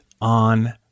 on